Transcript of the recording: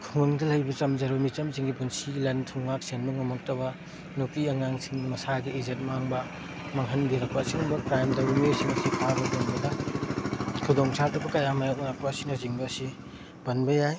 ꯈꯨꯡꯒꯪꯗ ꯂꯩꯕ ꯆꯝꯖꯔꯕ ꯃꯤꯆꯝꯁꯤꯡꯒꯤ ꯄꯨꯟꯁꯤꯒꯤ ꯂꯟ ꯊꯨꯝ ꯉꯥꯛ ꯁꯦꯟꯕ ꯉꯝꯃꯛꯇꯕ ꯅꯨꯄꯤ ꯑꯉꯥꯡꯁꯤꯡꯅ ꯃꯁꯥꯒꯤ ꯏꯖꯠ ꯃꯥꯡꯕ ꯃꯥꯡꯍꯟꯕꯤꯔꯛꯄ ꯁꯤꯒꯨꯝꯕ ꯀ꯭ꯔꯥꯏꯝ ꯇꯧꯔꯤꯕ ꯃꯤꯑꯣꯏꯁꯤꯡ ꯑꯁꯤ ꯐꯥꯕ ꯄꯨꯟꯕꯗ ꯈꯨꯗꯣꯡ ꯆꯥꯗꯕ ꯀꯌꯥ ꯃꯥꯏꯌꯣꯛꯅꯔꯛꯄ ꯑꯁꯤꯅꯆꯤꯡꯕꯁꯤ ꯄꯟꯕ ꯌꯥꯏ